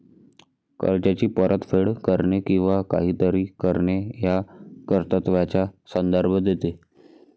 कर्जाची परतफेड करणे किंवा काहीतरी करणे या कर्तव्याचा संदर्भ देते